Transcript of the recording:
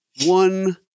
one